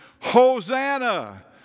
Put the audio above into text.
Hosanna